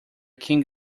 king